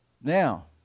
Now